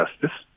Justice